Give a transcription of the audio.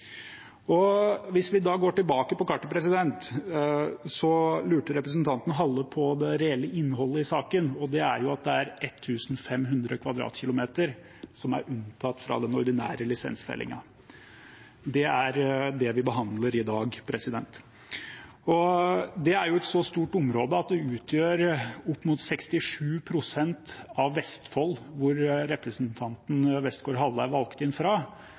Hvis vi da går tilbake til kartet, lurte representanten Westgaard-Halle på det reelle innholdet i saken, og det er at det er 1 500 km 2 som er unntatt fra den ordinære lisensfellingen. Det er det vi behandler i dag. Det er et så stort område at det utgjør opp mot 67 pst. av Vestfold, hvor representanten Westgaard-Halle er valgt inn fra.